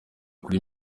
kuri